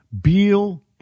Beal